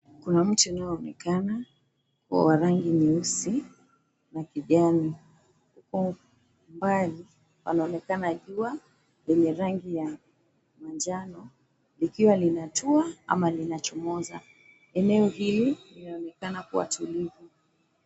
Kuna mti unaoonekana kuwa wa rangi nyeusi na kijani. Umbali kinaonekana jua kwenye rangi ya manjano, likiwa linatua ama linachomoza. Eneo hili linaonekana kuwa tulivu.